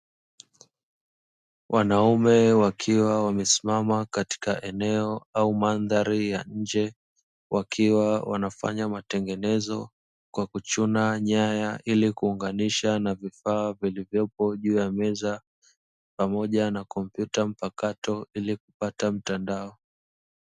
Wanaume wakiwa wamesimama katika eneo au madhari ya nje, wakiwa wanafanya matengenezo kwa kuchuna nyaya, ili kuunganisha na vifaa vilivyoko juu ya meza, pamoja na komputa mpakato, ili kupata mtandao.